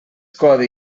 codi